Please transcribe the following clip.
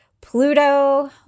Pluto